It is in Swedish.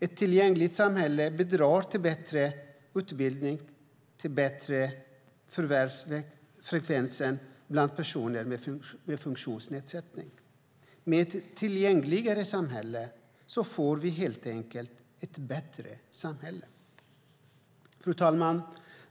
Ett tillgängligt samhälle bidrar till bättre utbildning och bättre förvärvsfrekvens bland personer med funktionsnedsättning. Med ett tillgängligare samhälle får vi helt enkelt ett bättre samhälle. Fru talman!